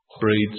breeds